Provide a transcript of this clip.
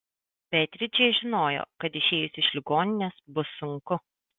beatričė žinojo kad išėjus iš ligoninės bus sunku